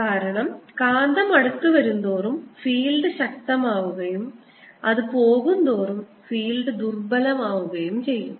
കാരണം കാന്തം അടുത്തുവരുന്തോറും ഫീൽഡ് ശക്തമാവുകയും അത് പോകുന്തോറും ഫീൽഡ് ദുർബലമാവുകയും ചെയ്യും